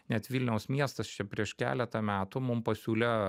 net vilniaus miestas čia prieš keletą metų mum pasiūlė